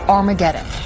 Armageddon